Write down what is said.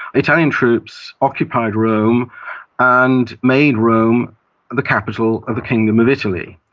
italian troops occupied rome and made rome the capital of the kingdom of italy.